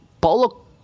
Paulo